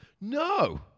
No